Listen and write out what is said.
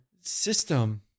system